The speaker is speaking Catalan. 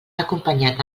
acompanyat